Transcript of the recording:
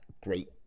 great